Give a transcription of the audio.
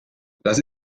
dies